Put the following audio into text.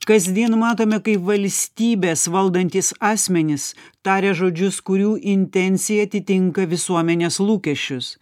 kasdien matome kaip valstybės valdantys asmenys tarė žodžius kurių intencija atitinka visuomenės lūkesčius